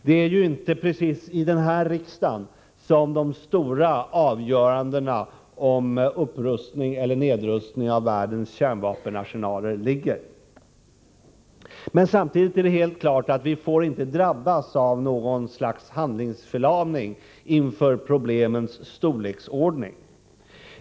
Det är ju inte precis i denna riksdag som de stora avgörandena om upprustning eller nedrustning av världens kärnvapenarsenaler ligger. Men samtidigt är det helt klart att vi inte får drabbas av något slags handlingsförlamning inför problemens storleksordning.